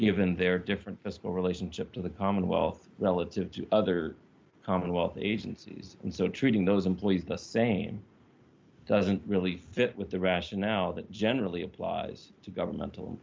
given their different fiscal relationship to the commonwealth relative to other commonwealth agencies and so treating those employees the thing doesn't really fit with the rationale that generally applies to governmental